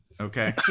Okay